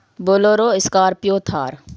bolero scorpio Thar